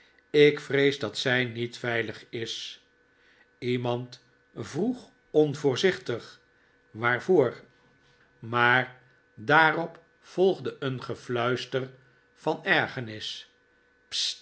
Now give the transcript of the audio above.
ik vrees dat zij niet veilig is iemand vroeg onvoorzichtig waarvoor maar daarop volgde een gefluister van ergernis